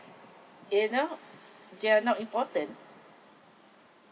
you know they are not important